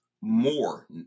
more